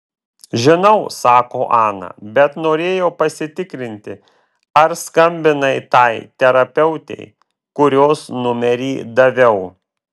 žinau sako ana bet norėjau pasitikrinti ar skambinai tai terapeutei kurios numerį daviau